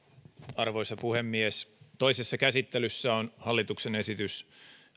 arvoisa puhemies toisessa käsittelyssä on hallituksen esitys